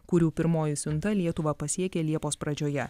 kurių pirmoji siunta lietuvą pasiekė liepos pradžioje